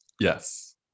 Yes